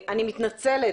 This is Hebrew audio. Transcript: אני מתנצלת.